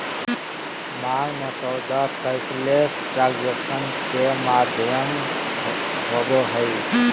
मांग मसौदा cashless transaction के माध्यम होबो हइ